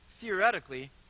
theoretically